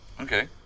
Okay